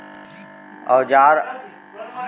औजार उव ल मांजे के बूता करवइया ल मंजइया कथें